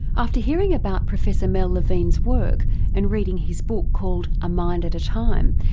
after hearing about professor mel levine's work and reading his book called a mind at a time,